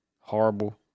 Horrible